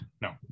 No